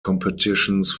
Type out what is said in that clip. competitions